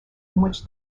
which